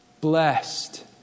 Blessed